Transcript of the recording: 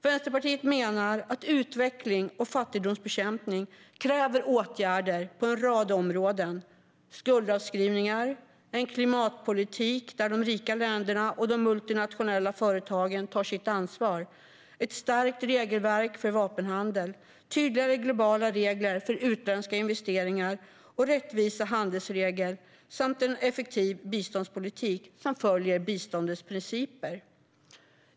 Vänsterpartiet menar att utveckling och fattigdomsbekämpning kräver åtgärder på en rad områden: skuldavskrivningar, en klimatpolitik där de rika länderna och de multinationella företagen tar sitt ansvar, ett stärkt regelverk för vapenhandel, tydligare globala regler för utländska investeringar, rättvisa handelsregler samt en effektiv biståndspolitik som följer biståndets principer.